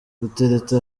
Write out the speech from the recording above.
gutereta